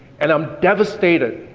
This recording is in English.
and i'm devastated.